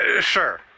Sure